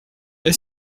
est